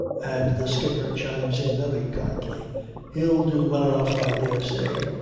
and the skipper chimes in very kindly he'll do well enough i dare say.